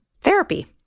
therapy